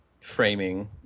framing